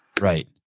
Right